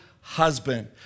husband